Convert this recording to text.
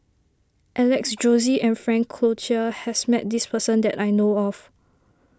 Alex Josey and Frank Cloutier has met this person that I know of